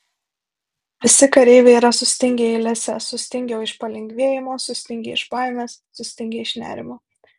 visi kareiviai yra sustingę eilėse sutingę iš palengvėjimo sustingę iš baimės sustingę iš nerimo